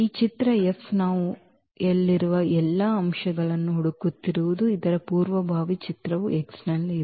ಚಿತ್ರ F ನಾವು ಯಲ್ಲಿರುವ ಎಲ್ಲಾ ಅಂಶಗಳನ್ನು ಹುಡುಕುತ್ತಿರುವುದು ಇದರ ಪೂರ್ವಭಾವಿ ಚಿತ್ರವು X ನಲ್ಲಿ ಇದೆ